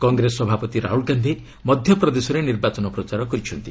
କଂଗ୍ରେସ ସଭାପତି ରାହୁଲ ଗାନ୍ଧି ମଧ୍ୟପ୍ରଦେଶରେ ନିର୍ବାଚନ ପ୍ରଚାର କରିଛନ୍ତି